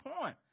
point